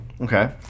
Okay